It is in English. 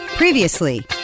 Previously